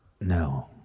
No